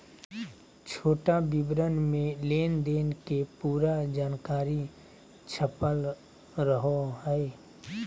छोटा विवरण मे लेनदेन के पूरा जानकारी छपल रहो हय